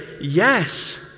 Yes